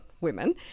Women